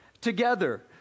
together